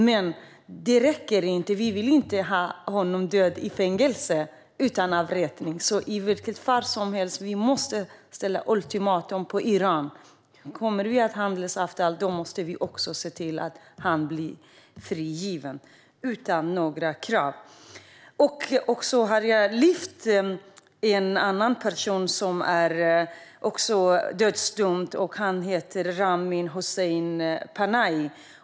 Men det räcker inte; vi vill inte att han ska dö i fängelse utan avrättning. I vilket fall som helst måste vi ge Iran ett ultimatum: Om man ska ha ett handelsavtal måste man också se till att han blir frigiven utan några krav. Jag har också lyft fram en annan person som är dödsdömd. Han heter Ramin Hossein Panahi.